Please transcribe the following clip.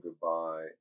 goodbye